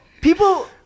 people